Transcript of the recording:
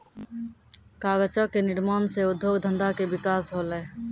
कागजो क निर्माण सँ उद्योग धंधा के विकास होलय